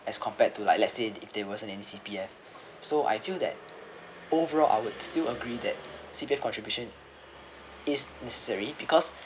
as compared to like let's say if there wasn't any C_P_F so I feel that overall I'll still agree that C_P_F contribution is necessary because